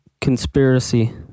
conspiracy